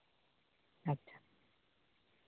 ᱟᱪᱪᱷᱟ